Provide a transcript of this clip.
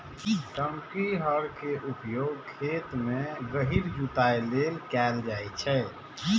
टांकी हर के उपयोग खेत मे गहींर जुताइ लेल कैल जाइ छै